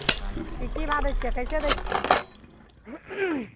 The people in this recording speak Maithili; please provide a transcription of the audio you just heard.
हॅं तऽ की की भाव दै छियै आ कैसे दै छियै